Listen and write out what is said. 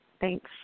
Thanks